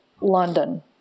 London